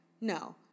No